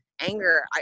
anger